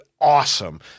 awesome